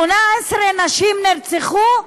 18 נשים נרצחו?